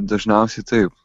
dažniausiai taip